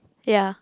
ya